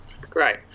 Great